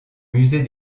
musée